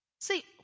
See